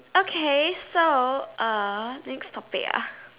okay so uh next topic ah